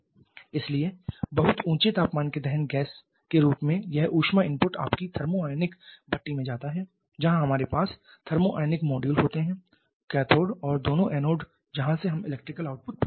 इसलिए बहुत ऊँचे तापमान के दहन गैस के रूप में यह ऊष्मा इनपुट आपकी थर्मिओनिक भट्टी में जाता है जहाँ हमारे पास थर्मिओनिक मॉड्यूल होते हैं कैथोड और दोनों एनोड्स जहाँ से हम इलेक्ट्रिकल आउटपुट प्राप्त कर रहे हैं